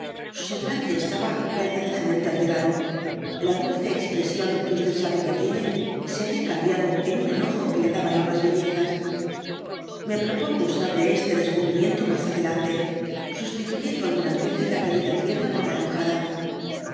su semblante estaba verdaderamente alterado la dulce expresionque sábeque tiene se había cambiado en un enojo que le daba nuevas bellezas me prepongo usar de este descubrimiento nías adelante sostituyendo algunas veces la querida tierna por la enojada